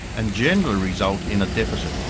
and generally result in a deficit.